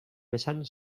vessant